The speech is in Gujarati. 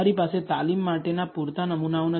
તમારી પાસે તાલીમ માટેના પૂરતા નમૂનાઓ નથી